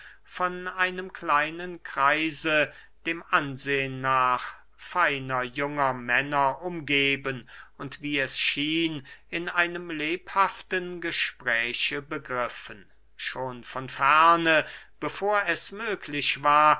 von einem kleinen kreise dem ansehen nach feiner junger männer umgeben und wie es schien in einem lebhaften gespräche begriffen schon von ferne bevor es möglich war